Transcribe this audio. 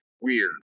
weird